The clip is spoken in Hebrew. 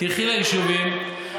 תלכי ליישובים.